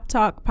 Talk